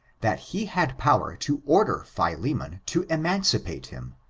that he had power to order philemon to emancipate him,